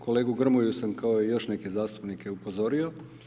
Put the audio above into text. Kolegu Grmoju sam, kao i još neke zastupnike upozorio.